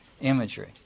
imagery